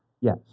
Yes